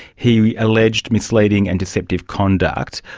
he alleged misleading and deceptive conduct.